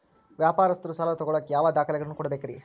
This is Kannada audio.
ವ್ಯಾಪಾರಸ್ಥರು ಸಾಲ ತಗೋಳಾಕ್ ಯಾವ ದಾಖಲೆಗಳನ್ನ ಕೊಡಬೇಕ್ರಿ?